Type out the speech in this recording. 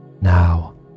now